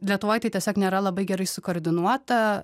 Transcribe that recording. lietuvoj tai tiesiog nėra labai gerai sukoordinuota